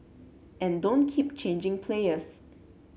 and don't keep changing players